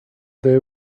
they